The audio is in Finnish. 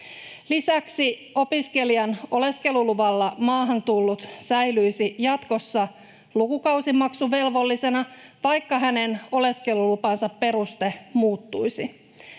Lisäksi opiskelijan oleskeluluvalla maahan tullut säilyisi jatkossa lukukausimaksuvelvollisena, vaikka hänen oleskelulupansa peruste muuttuisi.